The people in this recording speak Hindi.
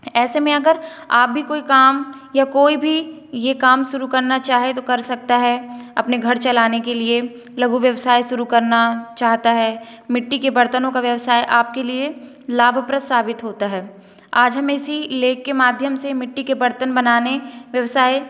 ऐसे में अगर आप भी कोई काम या कोई भी ये काम शुरू करना चाहे तो कर सकता है अपने घर चलाने के लिए लघु व्यवसाय शुरू करना चाहता है मिट्टी के बर्तनों का व्यवसाय आपके लिए लाभप्रद साबित होता है आज हम इसी लेकर माध्यम से मिट्टी के बर्तन बनाने व्यवसाय